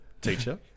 teacher